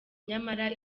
nyamara